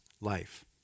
life